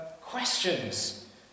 questions